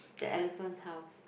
that elephant house